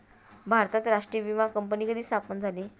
भारतात राष्ट्रीय विमा कंपनी कधी स्थापन झाली?